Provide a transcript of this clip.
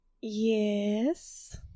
yes